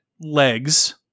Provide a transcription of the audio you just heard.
legs